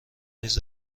نیز